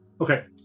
Okay